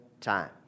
time